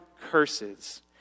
curses